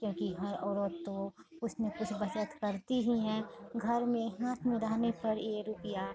क्योंकि हर औरत तो कुछ न कुछ बचत करती ही हैं घर में हाथ में रहने पर ये रुपिया